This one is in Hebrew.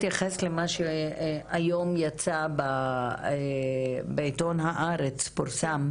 אני חייבת להתייחס למה שהיום פורסם בעיתון "הארץ",